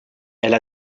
elle